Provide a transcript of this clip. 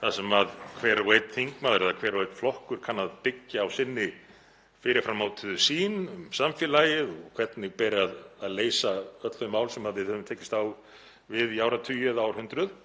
þar sem hver og einn þingmaður eða hver og einn flokkur kann að byggja á sinni fyrir fram mótuðu sýn um samfélagið og hvernig beri að leysa öll þau mál sem við höfum tekist á við í áratugi eða árhundruð.